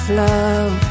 love